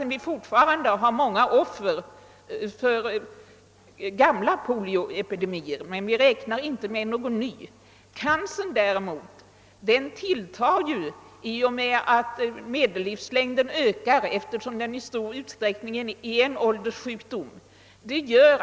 Vi har fortfarande många offer för gamla polioepidemier, men vi räknar inte med någon ny epidemi. Cancern däremot tilltar i och med att medellivslängden ökar, eftersom cancer i stor utsträckning är en ålderssjukdom.